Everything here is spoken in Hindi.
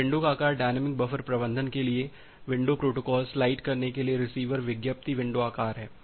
यह विंडो आकार डायनेमिक बफर प्रबंधन के लिए विंडो प्रोटोकॉल स्लाइड करने के लिए रिसीवर विज्ञापित विंडो आकार है